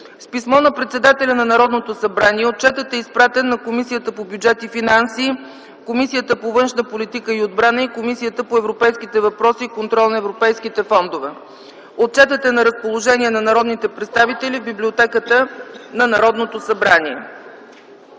С писмо на председателя на Народното събрание отчетът е изпратен на Комисията по бюджет и финанси, Комисията по външна политика и отбрана и Комисията по европейските въпроси и контрол на европейските фондове. Отчетът е на разположение на народните представители в библиотеката на Народното събрание.